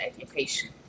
education